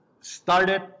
started